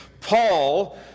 Paul